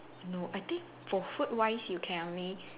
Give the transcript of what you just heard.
no I think for food wise you can only